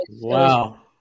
wow